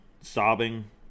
sobbing